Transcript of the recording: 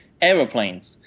aeroplanes